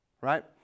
Right